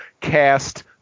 cast